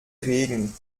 regen